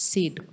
Seed